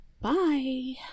Bye